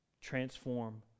transform